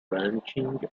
ranching